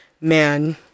man